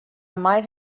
might